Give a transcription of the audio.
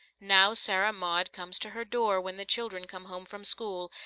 now, sarah maud comes to her door when the children come home from school,